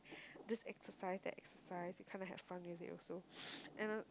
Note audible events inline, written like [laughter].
this exercise that exercise you kind of have fun with it also [noise] and